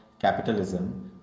capitalism